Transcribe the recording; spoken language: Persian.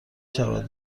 شود